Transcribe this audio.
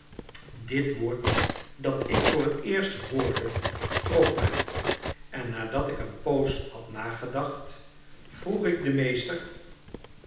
dit woord dat ik voor het eerst hoorde trof mij en nadat ik een poos had nagedacht vroeg ik den meester